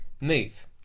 move